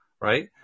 right